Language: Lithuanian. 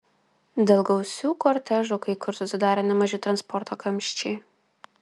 dėl gausių kortežų kai kur susidarė nemaži transporto kamščiai